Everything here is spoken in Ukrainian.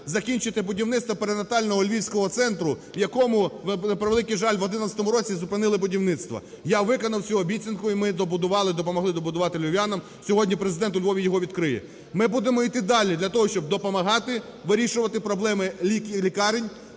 закінчити будівництво пренатального львівського центру, в якому, на превеликий жаль, в 2011 році зупинили будівництво. Я виконав цю обіцянку, і ми добудували, допомогли добудувати львів'янам, сьогодні Президент у Львові його відкриє. Ми будемо йти далі для того, щоб допомагати вирішувати проблеми лікарень.